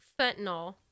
fentanyl